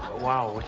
wow,